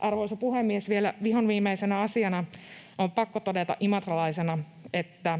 Arvoisa puhemies! Vielä vihoviimeisenä asiana on imatralaisena pakko todeta, että